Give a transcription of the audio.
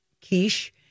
quiche